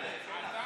אלכס, רגע.